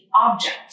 object